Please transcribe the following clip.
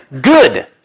Good